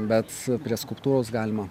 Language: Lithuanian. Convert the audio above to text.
bet prie skulptūros galima